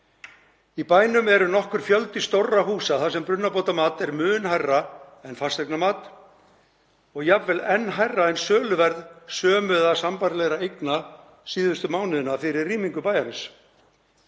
Í bænum er nokkur fjöldi stórra eldri húsa þar sem brunabótamat er mun hærra en fasteignamat og jafnvel enn hærra en söluverð sömu eða sambærilegra húsa síðustu mánuðina fyrir rýmingu bæjarins.